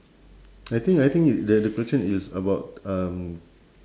I think I think it~ the the question is about um